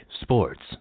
sports